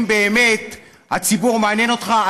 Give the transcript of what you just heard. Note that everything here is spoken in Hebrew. אם באמת הציבור מעניין אותך,